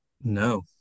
No